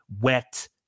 wet